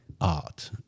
art